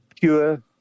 pure